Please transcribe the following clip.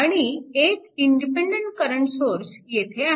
आणि एक independent current source येथे आहे